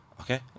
Okay